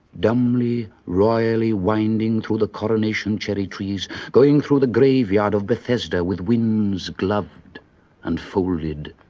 dumbly, royally winding through the coronation cherry trees going through the graveyard of bethesda with winds gloved and folded,